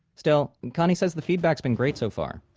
still, connie says the feedback's been great so far.